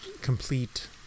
complete